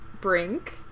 Brink